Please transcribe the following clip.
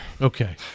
Okay